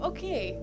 Okay